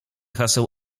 haseł